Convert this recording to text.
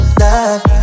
love